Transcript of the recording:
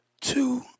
two